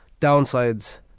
downsides